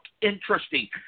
interesting